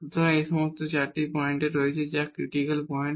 সুতরাং এই সমস্ত 4 টি পয়েন্ট রয়েছে যা ক্রিটিকাল পয়েন্ট